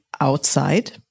outside